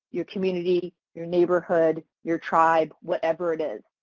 your community, your neighborhood, your tribe, whatever it is.